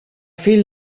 fill